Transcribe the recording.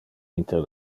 inter